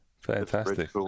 Fantastic